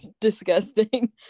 disgusting